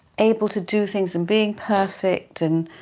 able to do things and being perfect and